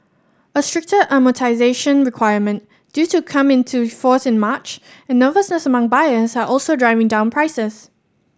a stricter amortisation requirement due to come into force in March and nervousness among buyers are also driving down prices